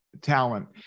talent